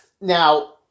Now